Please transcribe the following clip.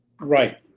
right